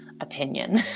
opinion